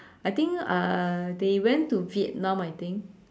I think uh they went to Vietnam I think